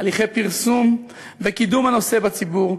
הליכי פרסום וקידום הנושא בציבור,